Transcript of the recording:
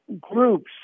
groups